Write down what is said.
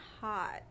hot